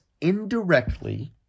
indirectly